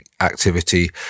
activity